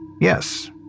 yes